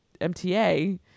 MTA